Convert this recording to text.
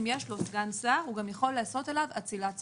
אם יש לו סגן שר הוא גם יכול לעשות אליו אצילת סמכות.